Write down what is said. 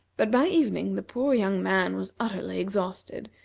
but by evening the poor young man was utterly exhausted,